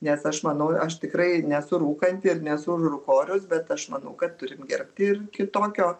nes aš manau aš tikrai nesu rūkanti ir nesu rūkorius bet aš manau kad turim gerbti ir kitokio